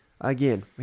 again